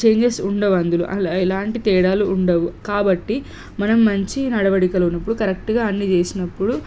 changes ఉండవు అందులో అలా ఎలాంటి తేడాలు ఉండవు కాబట్టి మనం మంచి నడవడికలు ఉన్నప్పుడు కరెక్ట్గా అన్ని చేసినప్పుడు